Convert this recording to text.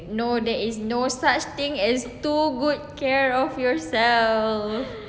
no there is no such thing as too good care of yourself